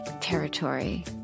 territory